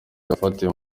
yafatiwe